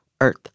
earth